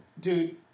Dude